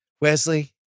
Wesley